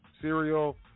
cereal